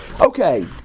Okay